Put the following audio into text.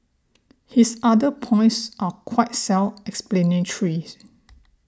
his other points are quite self explanatory